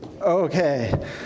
Okay